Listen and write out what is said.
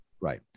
Right